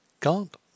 Can't